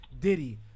Diddy